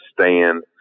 stand